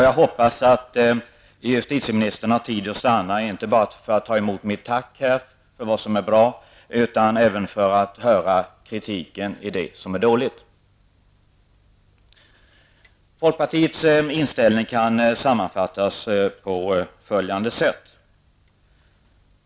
Jag hoppas att justitieministern har tid att stanna inte bara för att ta emot mitt tack för vad som är bra, utan även för att höra kritiken mot det som är dåligt. Folkpartiets inställning kan sammanfattas på följande sätt.